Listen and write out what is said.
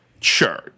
Sure